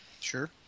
Sure